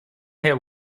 hit